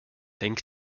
denk